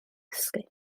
dysgu